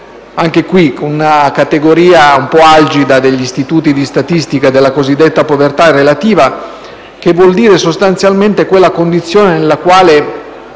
caso con una categoria un po' algida propria degli istituti di statistica, della cosiddetta povertà relativa il che vuol dire sostanzialmente quella condizione nella quale